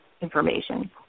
information